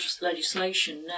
legislation